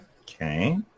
Okay